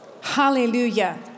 Hallelujah